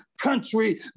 country